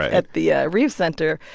at the ah reeves center,